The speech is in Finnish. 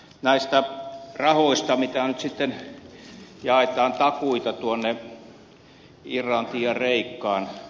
näistä rahoista mitä nyt jaetaan takuina irlantiin ja kreikkaan